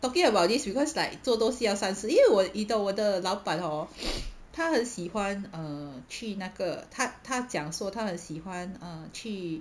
talking about this because like 做东西要三思因为我你懂我的老板 hor 他很喜欢 err 去那个他他讲说他他很喜欢 err 去